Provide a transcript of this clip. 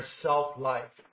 self-life